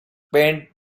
paint